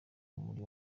muri